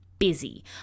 busy